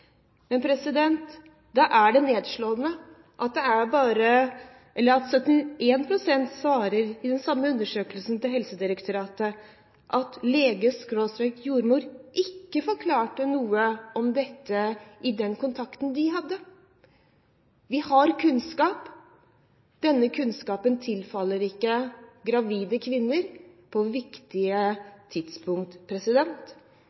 Men det er nedslående at bare 71 pst. i den samme undersøkelsen svarte Helsedirektoratet at lege/jordmor ikke forklarte noe om dette i den kontakten de hadde. Vi har kunnskap, men denne kunnskapen tilfaller ikke gravide kvinner på viktige